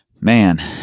Man